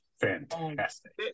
fantastic